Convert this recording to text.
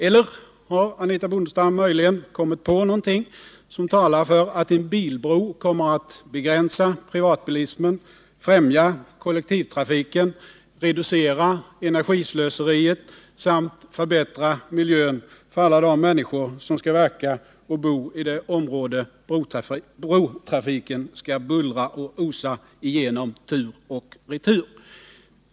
Eller har Anitha Bondestam möjligen kommit på någonting som talar för att en bilbro kommer att begränsa privatbilismen, främja kollektivtrafiken, reducera energislöseriet eller förbättra miljön för alla de människor som skall verka och bo i det område som brotrafiken skall bullra och osa igenom tur och retur!